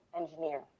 engineer